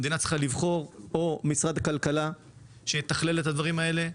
המדינה צריכה לבחור: או שמשרד הכלכלה יתכלל את הדברים האלה,